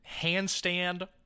handstand